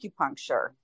acupuncture